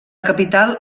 capital